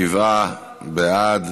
שבעה בעד.